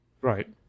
Right